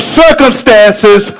circumstances